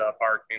parking